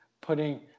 putting